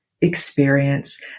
experience